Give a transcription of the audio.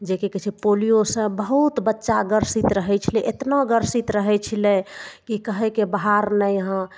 जेकि कि कहय छै पोलियोसँ बहुत बच्चा ग्रसित रहय छलय एतना ग्रसित रहय छलय कि कहयके बात नहि यहाँ